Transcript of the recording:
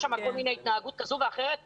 יש שם כל מיני התנהגות כזו ואחרת.